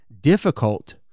difficult